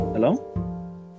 Hello